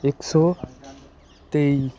ਇੱਕ ਸੌ ਤੇਈ